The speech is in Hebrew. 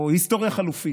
או היסטוריה חלופית.